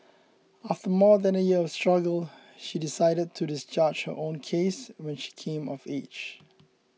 after more than a year of struggle she decided to discharge her own case when she came of age